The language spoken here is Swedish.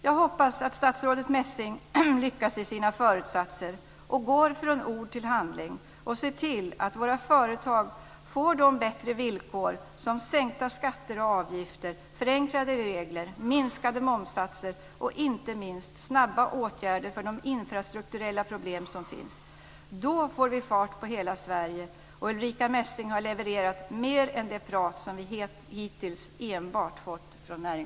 Jag hoppas att statsrådet Messing lyckas i sina föresatser, går från ord till handling och ser till att våra företag får de bättre villkor som sänkta skatter och avgifter, förenklade regler, minskade momssatser och inte minst snabba åtgärder för de infrastrukturella problem som finns innebär. Då får vi fart på hela Sverige, och då har Ulrica Messing levererat mer än enbart det prat som vi hittills har fått från